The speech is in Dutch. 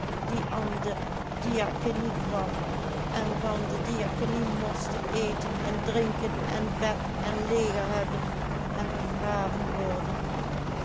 an de diakenie kwammen en van de diakenie mosten eten en drinken en bed en leger hebben en begraven worden